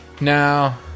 now